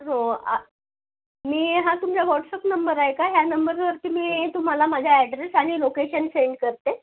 हो मी हा तुमचा व्हॉटसअप नंबर आहे का ह्या नंबरवरती मी तुम्हाला माझा ॲड्रेस आणि लोकेशन सेंड करते